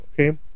okay